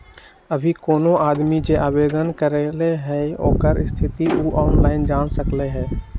अभी कोनो आदमी जे आवेदन करलई ह ओकर स्थिति उ ऑनलाइन जान सकलई ह